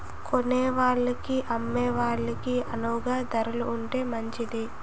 కొనేవాళ్ళకి అమ్మే వాళ్ళకి అణువుగా ధరలు ఉంటే మంచిది